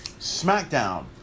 SmackDown